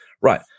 right